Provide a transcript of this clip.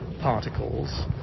particles